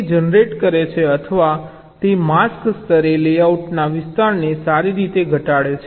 તે જનરેટ કરે છે અથવા તે માસ્ક સ્તરે લેઆઉટના વિસ્તારને સારી રીતે ઘટાડે છે